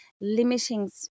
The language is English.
limiting